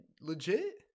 legit